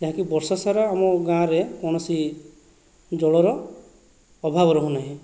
ଯାହାକି ବର୍ଷ ସାରା ଆମ ଗାଁରେ କୌଣସି ଜଳର ଅଭାବ ରହୁନାହିଁ